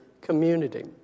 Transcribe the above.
community